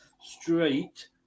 Straight